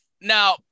Now